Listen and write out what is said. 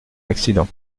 accident